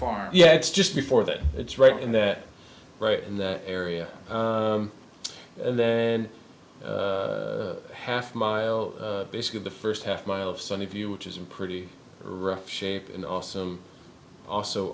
farm yeah it's just before that it's right in that right in that area and then half mile basically the first half mile of sunny view which is a pretty rough shape and awesome also